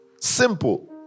Simple